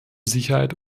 sicherheit